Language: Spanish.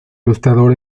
ilustrador